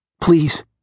Please